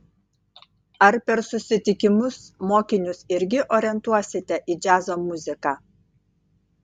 ar per susitikimus mokinius irgi orientuosite į džiazo muziką